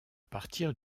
partir